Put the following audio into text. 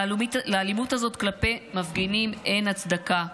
לאלימות הזאת כלפי מפגינים אין הצדקה,